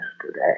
today